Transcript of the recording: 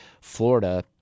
Florida